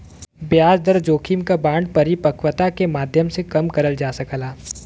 ब्याज दर जोखिम क बांड परिपक्वता के माध्यम से कम करल जा सकला